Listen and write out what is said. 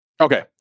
Okay